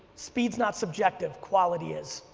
speed's not subjective, quality is.